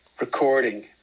recording